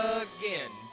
again